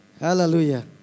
Hallelujah